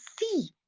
see